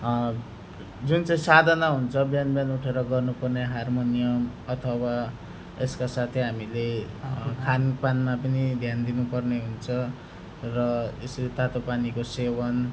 जुन चाहिँ साधना हुन्छ बिहान बिहान उठेर गर्नुपर्ने हार्मोनियम अथवा यसका साथै हामीले खानपानमा पनि ध्यान दिनुपर्ने हुन्छ र यसै तातो पानीको सेवन